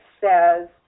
says